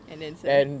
and then sell